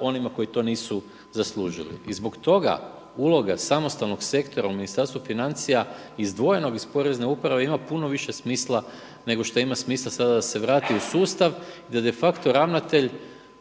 onima koji to nisu zaslužili. I zbog toga uloga samostalnog sektora u Ministarstvu financija izdvojenog iz porezne uprave ima puno više smisla nego što ima smisla sada da se vrati u sustav gdje de facto ravnatelj